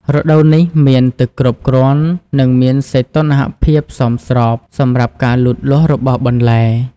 រដូវនេះមានទឹកគ្រប់គ្រាន់ និងមានសីតុណ្ហភាពសមស្របសម្រាប់ការលូតលាស់របស់បន្លែ។